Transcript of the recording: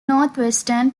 northwestern